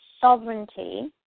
sovereignty